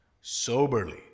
soberly